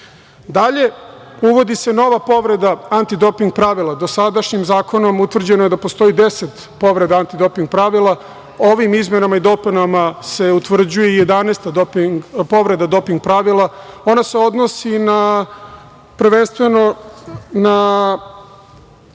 toga. Dalje, uvodi se nova povreda antidoping pravila. Dosadašnjim zakonom utvrđeno je da postoji 10 povreda antidoping pravila. Ovim izmenama i dopunama se utvrđuje i jedanaesta povreda doping pravila. Ona se odnosi prvenstveno na